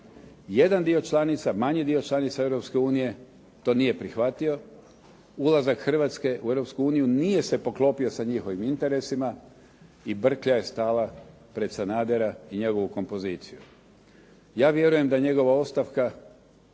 Jedan dio članica, manji dio članica Europske unije to nije prihvatio. Ulazak Hrvatske u Europsku uniju nije se poklopio sa njihovim interesima i brklja je stala pred Sanadera i njegovu kompoziciju. Ja vjerujem da njegova ostavka,